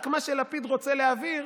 רק מה שלפיד רוצה להעביר